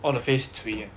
all the face cui ah